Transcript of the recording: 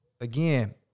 again